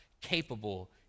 capable